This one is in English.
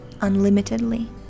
unlimitedly